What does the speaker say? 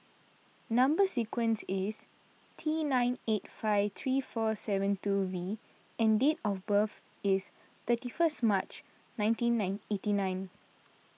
Number Sequence is T nine eight five three four seven two V and date of birth is thirty first March nineteen nine eighty nine